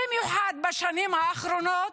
במיוחד בשנים האחרונות,